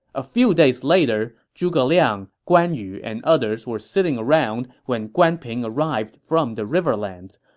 a few days later, zhuge liang, guan yu, and others were sitting around when guan ping arrived from the riverlands.